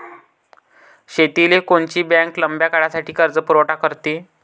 शेतीले कोनची बँक लंब्या काळासाठी कर्जपुरवठा करते?